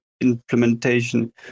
implementation